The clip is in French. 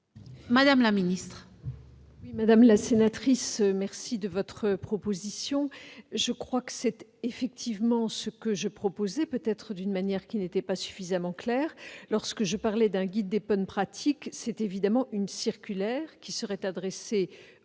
madame la ministre,